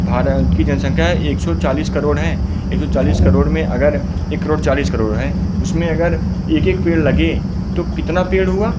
भारत की जनसंख्या एक सौ चालीस करोड़ हैं एक सौ चालीस करोड़ में अगर एक करोड़ चालीस करोड़ है उसमें अगर एक एक पेड़ लगे तो कितना पेड़ हुआ